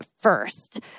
first